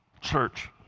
church